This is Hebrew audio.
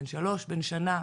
בן 3 בן שנה,